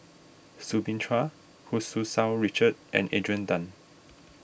Soo Bin Chua Hu Tsu Tau Richard and Adrian Tan